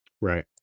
Right